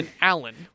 Alan